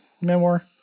memoir